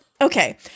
okay